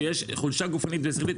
כשיש חולשה גופנית ושכלית,